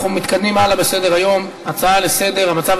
נעבור להצעות לסדר-היום בנושא: המצב